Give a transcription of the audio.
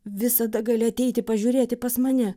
visada gali ateiti pažiūrėti pas mane